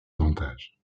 avantages